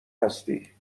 هستی